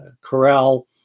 corral